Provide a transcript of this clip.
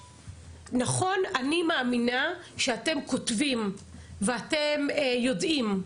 נכון, אני מאמינה שאתם כותבים ואתם יודעים,